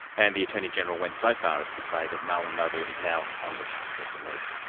and the attorney-general went so far as to say that marlon nobel is now on the cusp of release.